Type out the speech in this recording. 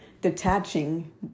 detaching